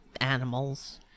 animals